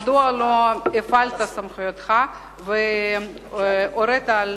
מדוע לא הפעלת את סמכויותיך והורית על